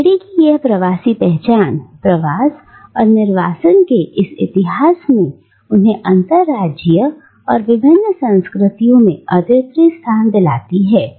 लाहिड़ी की यह प्रवासी पहचान प्रवास और निर्वासन के इस इतिहास में उन्हें अंतर्राज्यीय और विभिन्न संस्कृतियों में एक अद्वितीय स्थान दिलाया है